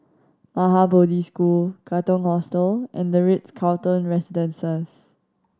Maha Bodhi School Katong Hostel and The Ritz Carlton Residences